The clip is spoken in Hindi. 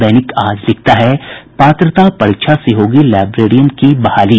दैनिक आज लिखता है पात्रता परीक्षा से होगी लाइब्रेरियन की बहाली